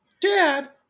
Dad